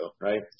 right